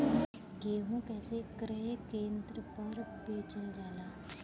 गेहू कैसे क्रय केन्द्र पर बेचल जाला?